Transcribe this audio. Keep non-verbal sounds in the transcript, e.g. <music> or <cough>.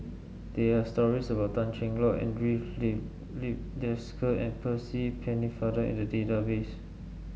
there are stories about Tan Cheng Lock Andre <unintelligible> Desker and Percy Pennefather in the database